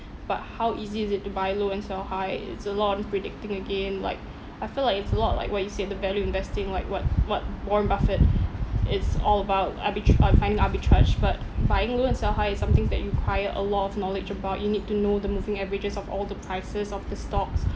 but how easy is it to buy low and sell high it's a lot of this predicting again like I feel like it's a lot like what you said the value investing like what what warren buffet is all about arbit~ on finding arbitrage but buying low and sell high is somethings that you require a lot of knowledge about you need to know the moving averages of all the prices of the stocks